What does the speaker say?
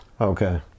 Okay